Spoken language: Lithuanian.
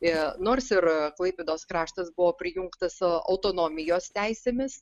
e nors ir klaipėdos kraštas buvo prijungta e autonomijos teisėmis